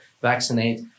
vaccinate